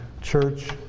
Church